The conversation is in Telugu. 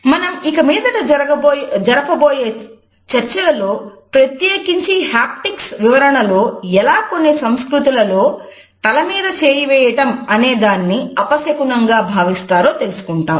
మనం ఇకమీదట జరుపబోయే చర్చలలో ప్రత్యేకించి హాప్టిక్స్ వివరణలో ఎలా కొన్ని సంస్కృతుల లో తలమీద చేయి వేయటం అనేదాన్ని అపశకునంగా భావిస్తారో తెలుసుకుంటాం